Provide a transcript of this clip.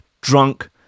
drunk